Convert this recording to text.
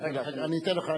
אני אתן לך,